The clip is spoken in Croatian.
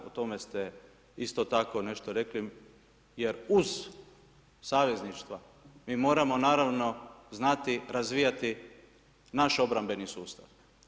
O tome ste isto tako nešto rekli jer uz savezništva, mi moramo naravno znati razvijati naš obrambeni sustav.